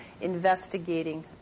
investigating